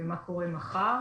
ומה קורה מחר.